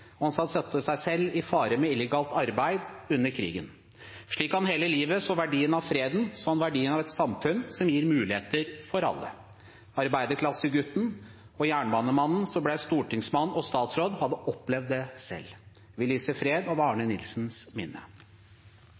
og han satte seg selv i fare med illegalt arbeid under krigen. Slik han hele livet så verdien av freden, så han verdien av et samfunn som gir muligheter for alle. Arbeiderklassegutten og jernbanemannen som ble stortingsmann og statsråd hadde opplevd det selv. Vi lyser fred over Arne Nilsens minne.